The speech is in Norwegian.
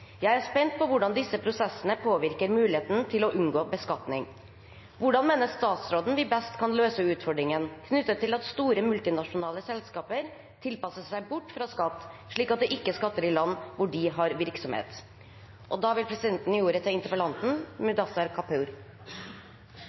Jeg har derfor et spørsmål til statsråden: Hvordan mener statsråden vi best kan løse utfordringen knyttet til at store multinasjonale selskaper tilpasser seg bort fra skatt, slik at de ikke skatter i land hvor de har virksomhet? La meg takke representanten for spørsmålet om hvordan jeg mener vi best kan løse utfordringene knyttet til